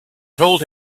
told